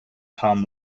tom